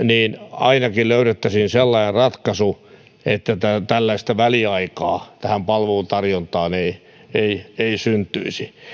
ainakin löydettäisiin sellainen ratkaisu että tällaista väliaikaa tähän palveluntarjontaan ei ei syntyisi